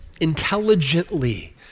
intelligently